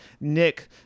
Nick